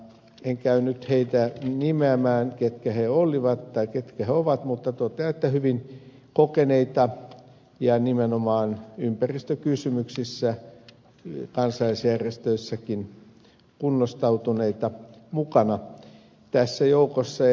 en käy heitä nimeämään ketkä he olivat tai ketkä ovat mutta totean että hyvin kokeneita ja nimenomaan ympäristökysymyksissä kansallisjärjestöissäkin kunnostautuneita oli mukana tässä joukossa